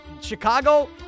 Chicago